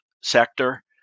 sector